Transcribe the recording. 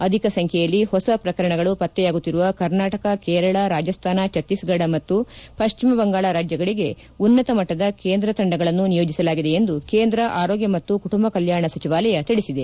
ಅಧಿಕ ಸಂಖ್ಯೆಯಲ್ಲಿ ಹೊಸ ಪ್ರಕರಣಗಳು ಪತ್ತೆಯಾಗುತ್ತಿರುವ ಕರ್ನಾಟಕ ಕೇರಳ ರಾಜಸ್ತಾನ ಛತ್ತೀಸ್ಫಡ ಮತ್ತು ಪಶ್ಚಿಮ ಬಂಗಾಳ ರಾಜ್ಯಗಳಿಗೆ ಉನ್ನತ ಮಟ್ಲದ ಕೇಂದ್ರ ತಂಡಗಳನ್ನು ನಿಯೋಜಿಸಲಾಗಿದೆ ಎಂದು ಕೇಂದ್ರ ಆರೋಗ್ಲ ಮತ್ತು ಕುಟುಂಬ ಕಲ್ನಾಣ ಸಚಿವಾಲಯ ತಿಳಿಸಿದೆ